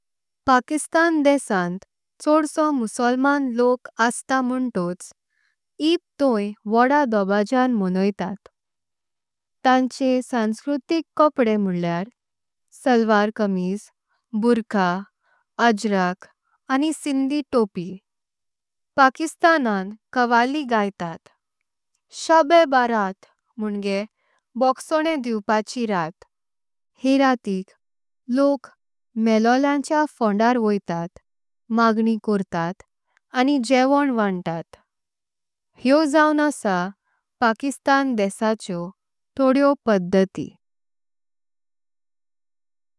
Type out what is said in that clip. पाकिस्तान देशांत चाळीस मुस्लिम लोक असता। म्हणतोच ईद तों वड्या ध्वजां म्हणोइतात तांचे। सांस्कृतिक कपडे म्हळेयर सलवार कमीज बुरखा। अज्रक आनी सिंधी टोप कौसत पाकिस्तानान। कव्वाली गायतात शब ए बारात मोंगे भोगसणें। दिवपाची रात ही रात्तिक लोक मेलालेचे फोन्दार। वयतात माङणं करतात आनी जेवण वाटतात। हे जाण आसां पाकिस्तान देशाचे तोंडे पद्धती।